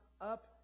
up